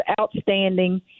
outstanding